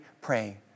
pray